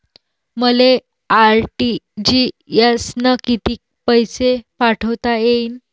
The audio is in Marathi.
मले आर.टी.जी.एस न कितीक पैसे पाठवता येईन?